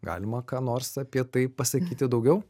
galima ką nors apie tai pasakyti daugiau